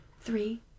three